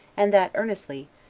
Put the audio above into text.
and that earnestly,